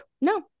no